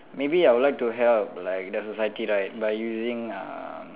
maybe I would like to help like the society right by using um